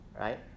right